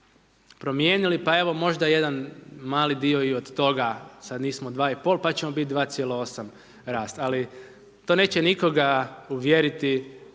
promijenili. Pa evo možda jedan mali dio i od toga, sada nismo 2,5 pa ćemo biti 2,8 rast. Ali to neće nikoga uvjeriti